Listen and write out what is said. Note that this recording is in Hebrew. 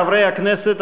חברי הכנסת,